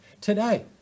today